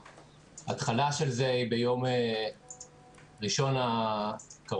ההתחלה של זה היא ביום ראשון הקרוב,